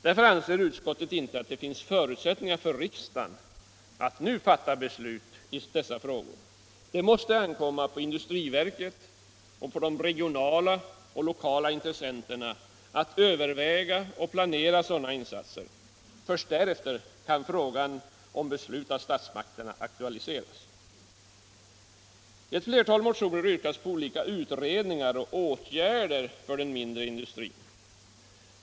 Därför anser utskottet inte att det finns förutsättningar för riksdagen att nu fatta beslut i dessa frågor. Det måste ankomma på industriverket och de regionala och lokala intressenterna att överväga och planera sådana insatser. Först därefter kan frågan om beslut av statsmakterna aktualiseras. I ett flertal motioner yrkas på olika utredningar och åtgärder för den mindre industrin.